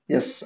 Yes